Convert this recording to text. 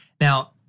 Now